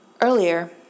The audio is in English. Earlier